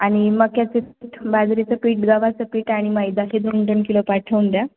आणि मक्याचं पीठ बाजरीचं पीठ गव्हाचं पीठ आणि मैद्याचे दोन दोन किलो पाठवून द्या